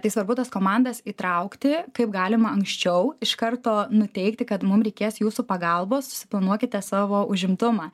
tai svarbu tas komandas įtraukti kaip galima anksčiau iš karto nuteikti kad mum reikės jūsų pagalbos susiplanuokite savo užimtumą